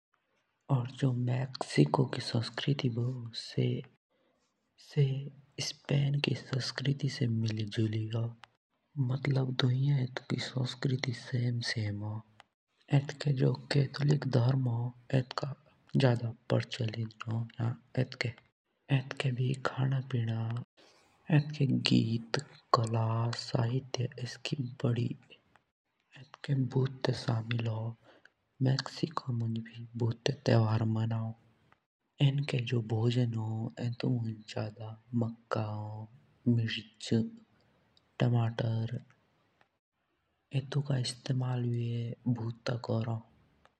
और जो मेक्सिको की संस्कृति भी हों सो स्पेन की संस्कृति से मिली जुली हों। धुईये एनुकी संस्कृति सामे हों। एटके भी जो केतूलिक धर्म हों एटका जादा परचलन हों। और जो संगीत, नाच गाना साहित्य एटके भोटा सामी हों। एटके भी भूटे जादा तेहवर मनाओन। एटके जो एनुको भोजन हों एत्मुंज जुश मका, टमाटर हों एटुका इस्तेमाल भी भुटा करों।